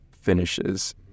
finishes